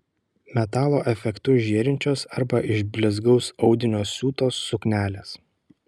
metalo efektu žėrinčios arba iš blizgaus audinio siūtos suknelės